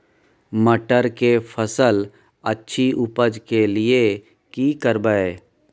मटर के फसल अछि उपज के लिये की करबै?